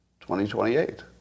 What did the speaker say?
2028